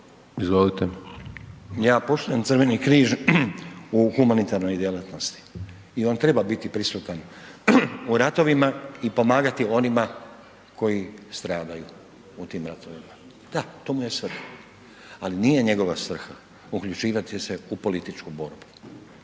(SDP)** Ja poštujem Crveni križ u humanitarnoj djelatnosti i on treba biti prisuta u ratovima i pomagati onima koji stradaju u tim ratovima, da to mu je svrha. Ali nije njegova svrha uključivati se u političku borbu.